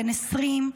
בן 20,